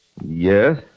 Yes